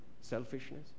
selfishness